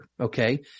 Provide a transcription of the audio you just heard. Okay